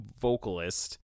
vocalist